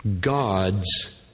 God's